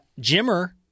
Jimmer